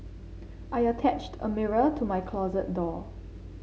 I attached a mirror to my closet door